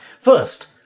First